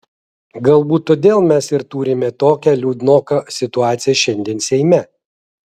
galbūt todėl mes ir turime tokią liūdnoką situaciją šiandien seime